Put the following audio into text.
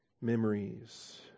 Memories